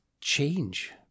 change